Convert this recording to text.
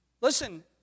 Listen